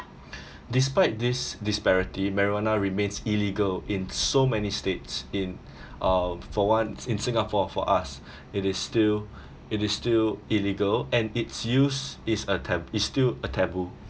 despite this disparity marijuana remains illegal in so many states in um for one in singapore for us it is still it is still illegal and its use is a tab~ is still a taboo